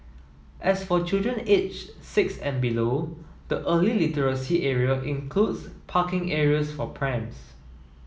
as for children aged six and below the early literacy area includes parking areas for prams